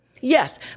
Yes